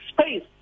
space